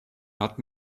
hat